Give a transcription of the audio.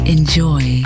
Enjoy